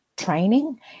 training